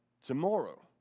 tomorrow